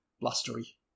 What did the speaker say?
blustery